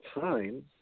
time